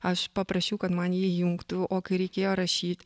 aš paprašiau kad man jį įjungtų o kai reikėjo rašyt